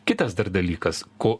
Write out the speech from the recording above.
kitas dar dalykas ko